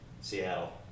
Seattle